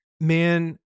Man